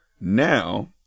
Now